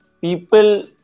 people